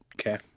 Okay